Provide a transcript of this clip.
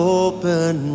open